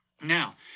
Now